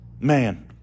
man